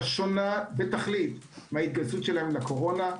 שונה בתכלית מההתגייסות שלהם לקורונה.